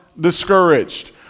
discouraged